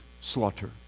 slaughter